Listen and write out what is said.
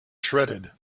shredded